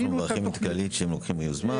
--- אנחנו מברכים את כללית שהם לוקחים יוזמה,